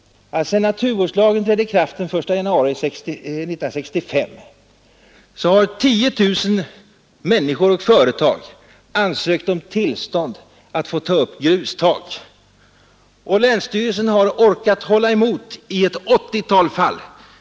Sedan naturvårdslagen trädde i kraft den 1 januari 1965 har 10 000 människor och företag ansökt om tillstånd att få ta upp grustag. Länsstyrelsen har orkat hålla emot i ett 80-tal fall.